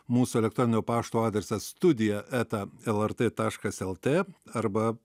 mūsų elektroninio pašto adresas studija eta lrt taškas lt arba